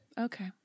Okay